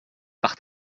par